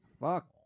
Fuck